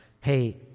hey